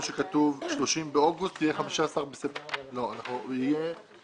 זה גם 8